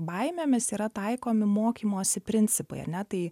baimėmis yra taikomi mokymosi principai ane tai